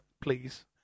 please